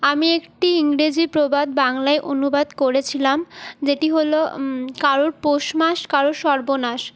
আমি একটি ইংরেজি প্রবাদ বাংলায় অনুবাদ করেছিলাম যেটি হল কারুর পৌষ মাস কারুর সর্বনাশ